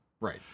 Right